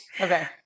okay